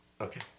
Okay